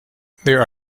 there